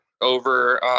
over